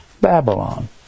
Babylon